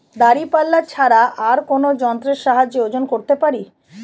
দাঁড়িপাল্লা ছাড়া আর কোন যন্ত্রের সাহায্যে ওজন করতে পারি?